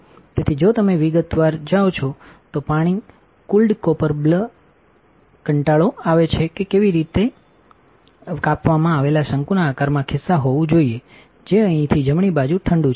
તેથી જો તમેવિગતવારજાઓ છો તોપાણીકૂલ્ડ કોપર બ્લ copperકકંટાળો આવે છે કે કેવી રીતે verંધી કાપવામાં આવેલા શંકુના આકારમાં ખિસ્સા હોવું જોઈએ જે અહીંથી જમણી બાજુ ઠંડુ છે